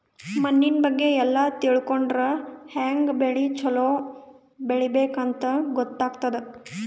ಮಣ್ಣಿನ್ ಬಗ್ಗೆ ಎಲ್ಲ ತಿಳ್ಕೊಂಡರ್ ಹ್ಯಾಂಗ್ ಬೆಳಿ ಛಲೋ ಬೆಳಿಬೇಕ್ ಅಂತ್ ಗೊತ್ತಾಗ್ತದ್